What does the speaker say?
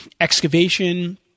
excavation